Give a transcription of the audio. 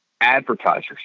Advertisers